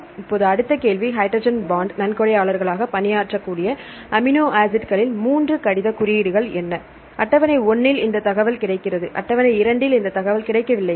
இப்போது அடுத்த கேள்வி ஹைட்ரஜன் பாண்ட் நன்கொடையாளர்களாக பணியாற்றக்கூடிய அமினோ ஆசிட்களின் மூன்று கடிதக் குறியீடுகள் என்ன அட்டவணை 1 இல் இந்த தகவல் கிடைக்கிறது அட்டவணை 2 இல் இந்த தகவல் கிடைக்கவில்லையா